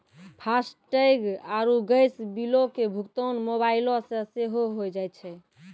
FASTag आरु gas बिलो के भुगतान मोबाइलो से सेहो होय जाय छै